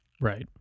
Right